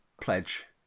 pledge